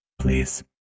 please